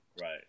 right